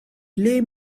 play